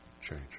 change